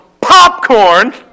popcorn